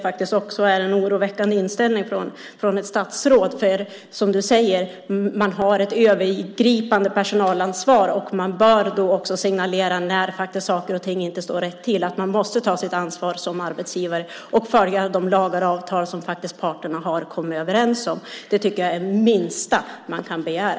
Det är en oroväckande inställning från ett statsråd. Har man ett övergripande personalansvar bör man signalera när saker och ting inte står rätt till. Som arbetsgivare måste man ta sitt ansvar och följa de lagar och avtal som parterna har kommit överens om. Det är det minsta vi kan begära.